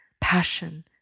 passion